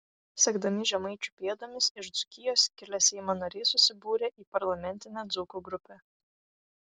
sekdami žemaičių pėdomis iš dzūkijos kilę seimo nariai susibūrė į parlamentinę dzūkų grupę